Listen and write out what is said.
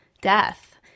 death